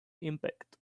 impact